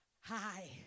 hi